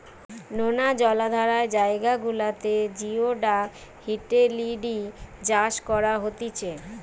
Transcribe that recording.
নোনা জলাধার জায়গা গুলাতে জিওডাক হিটেলিডি চাষ করা হতিছে